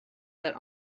that